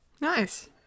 Nice